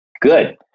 Good